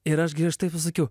ir aš griežtai pasakiau